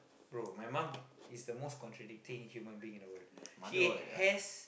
bro my mum is the most contradicting human being in the world she has